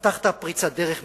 הבטחת פריצת דרך מדינית,